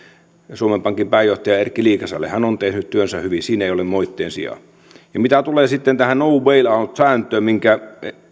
suomen pankin pääjohtaja erkki liikaselle hän on tehnyt työnsä hyvin siinä ei ole moitteen sijaa mitä tulee sitten tähän no bail out sääntöön minkä